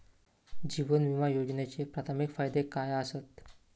जीवन विमा योजनेचे प्राथमिक फायदे काय आसत?